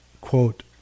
quote